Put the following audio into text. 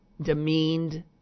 demeaned